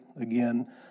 again